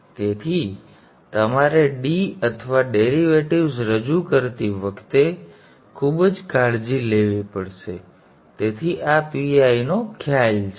તેથી તમારે D અથવા ડેરિવેટિવ્ઝ રજૂ કરતી વખતે રજૂ કરીને ખૂબ કાળજી લેવી પડશે તેથી આ PI નો ખ્યાલ છે